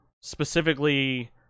specifically